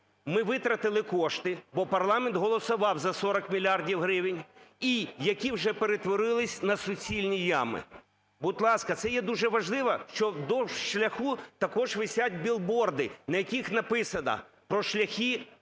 ми витратили кошти, бо парламент голосував за 40 мільярдів гривень, і які вже перетворились на суцільні ями? Будь ласка, це є дуже важливо, що вздовж шляху також висять бігборди, на яких написано про шляхи,